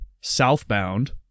southbound